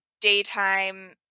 daytime